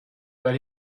but